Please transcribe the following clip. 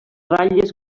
ratlles